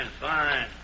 fine